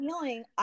feeling